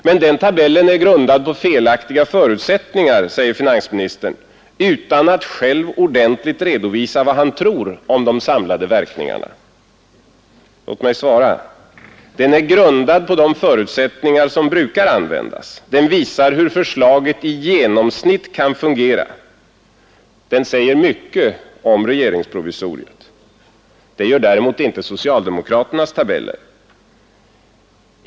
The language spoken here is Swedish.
Men den tabellen är grundad på felaktiga förutsättningar, säger finansministern, utan att själv ordentligt redovisa vad han tror om de samlade verkningarna. Låt mig svara: Den är grundad på de förutsättningar som brukar användas. Den visar hur förslaget i genomsnitt kan fungera. Den säger mycket om regeringsprovisoriet. Det gör däremot inte socialdemokraternas tabeller.